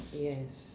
yes